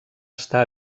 estar